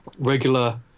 regular